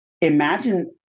Imagine